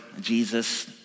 Jesus